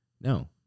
No